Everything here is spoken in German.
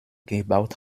gebaut